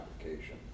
application